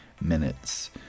minutes